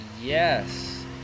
Yes